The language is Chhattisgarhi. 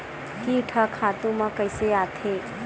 कीट ह खातु म कइसे आथे?